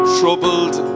troubled